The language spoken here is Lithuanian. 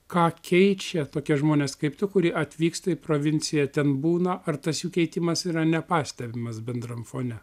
ką keičia tokie žmonės kaip tu kurie atvyksta į provinciją ten būna ar tas jų keitimas yra nepastebimas bendram fone